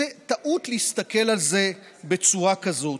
זאת טעות להסתכל על זה בצורה כזאת.